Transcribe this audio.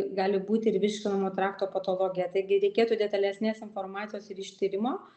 gali būti ir virškinamojo trakto patologija taigi reikėtų detalesnės informacijos ir ištyrimo